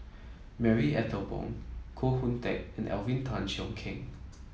Marie Ethel Bong Koh Hoon Teck and Alvin Tan Cheong Kheng